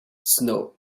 snow